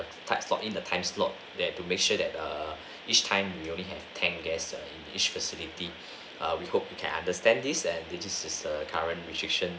types for me the time slot that to make sure that err each time we only have ten guests err each facility we hope you can understand this and this is the current restriction